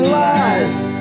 life